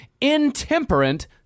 intemperate